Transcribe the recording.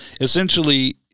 essentially